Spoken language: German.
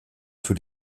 für